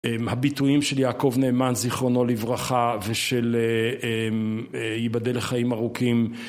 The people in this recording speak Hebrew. הביטויים של יעקב נאמן זיכרונו לברכה ושל ייבדל לחיים ארוכים